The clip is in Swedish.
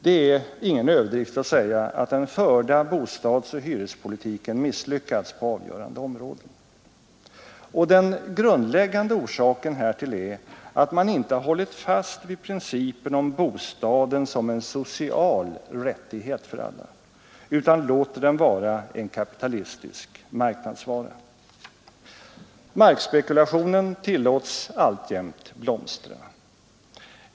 Det är ingen överdrift att säga att den förda bostadsoch hyrespolitiken misslyckats på avgörande områden. Och den grundläggande orsaken härtill är att man inte hållit fast vid principen om bostaden som en social rättighet för alla, utan låter den vara en kapitalistisk marknadsvara. Markspekulationen tillåts alltjämt blomstra.